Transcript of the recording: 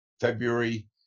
February